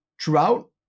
throughout